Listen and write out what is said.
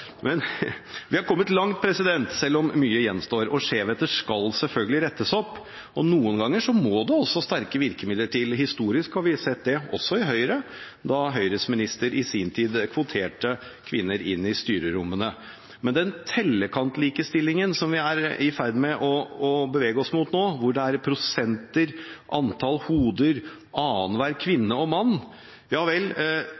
Vi har kommet langt selv om mye gjenstår, og skjevheter skal selvfølgelig rettes opp. Noen ganger må det sterke virkemidler til. Historisk har vi sett det, også i Høyre, som da Høyres minister i sin tid kvoterte kvinnene inn i styrerommene. Men den tellekant-likestillingen som vi er i ferd med å bevege oss mot nå, hvor det er prosenter, antall hoder,